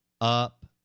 Up